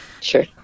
Sure